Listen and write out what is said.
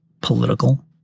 political